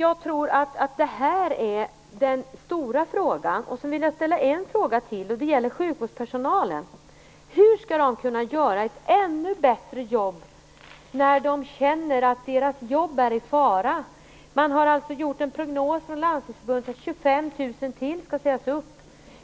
Jag tror att detta är den stora frågan. Sedan vill jag ställa en fråga till. Det gäller sjukvårdspersonalen. Hur skall dessa människor kunna göra ett ännu bättre jobb när de känner att deras jobb är i fara? Landstingsförbundet har gjort en prognos att 25 000 till skall sägas upp.